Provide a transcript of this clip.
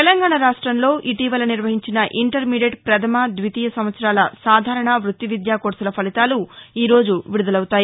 తెలంగాణ రాష్ట్రంలో ఇటీవల నిర్వహించిన ఇంటర్మీడియట్ పథమ ద్వితీయ సంవత్సరాల సాధారణ వ్బత్తి విద్యా కోర్సుల ఫలితాలు ఈ రోజు విడుదలకాసున్నాయి